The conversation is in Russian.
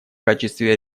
качестве